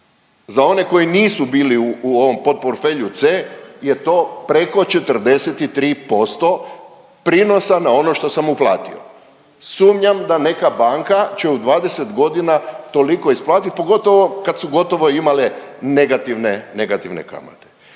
za one koji nisu bili u ovom podportfelju C je to preko 43% prinosa na ono što sam uplatio. Sumnjam da neka banka će u 20 godina toliko isplatiti, pogotovo kad su gotovo imale negativne kamate.